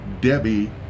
Debbie